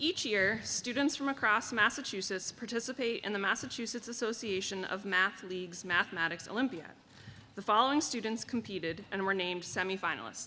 each year students from across massachusetts participate in the massachusetts association of math league's mathematics olympia the following students competed and were named semifinalist